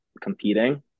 competing